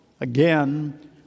again